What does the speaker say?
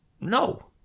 No